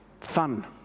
Fun